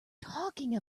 talking